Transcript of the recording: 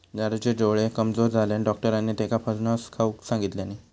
राजूचे डोळे कमजोर झाल्यानं, डाक्टरांनी त्येका फणस खाऊक सांगितल्यानी